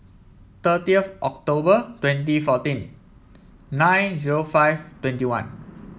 thirtieth October twenty fourteen nine zero five twenty one